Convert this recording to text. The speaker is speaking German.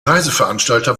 reiseveranstalter